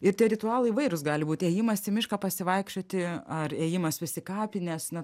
ir tie ritualai įvairūs gali būt ėjimas į mišką pasivaikščioti ar ėjimas vis į kapines na